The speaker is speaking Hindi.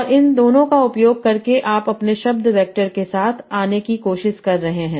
और इन दोनों का उपयोग करके आप अपने शब्द वैक्टर के साथ आने की कोशिश कर रहे हैं